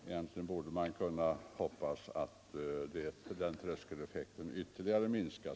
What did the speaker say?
Egentligen borde man kunna hoppas att denna tröskeleffekt ytterligare minskas.